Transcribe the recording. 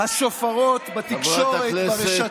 השופרות בתקשורת, ברשתות,